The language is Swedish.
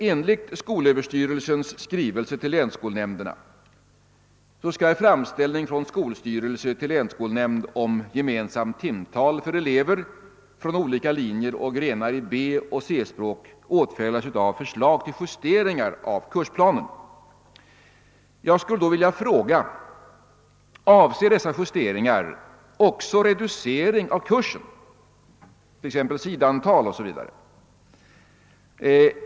Enligt skolöverstyrelsens skrivelse till länsskolnämnderna skall en framställning från skolstyrelse till länsskolnämnd om gemensamt timtal för elever från olika linjer och grenar i B och C-språk åtföljas av förslag till justeringar av kursplanen. Jag skulle då vilja fråga: Avser dessa justeringar också reducering av kursen — sidantal o. s. v.